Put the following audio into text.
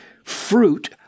fruit